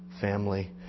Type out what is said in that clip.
family